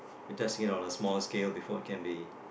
testing it on the smaller scale before it can be